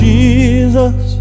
Jesus